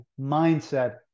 mindset